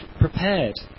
prepared